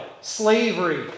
slavery